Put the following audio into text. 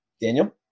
Daniel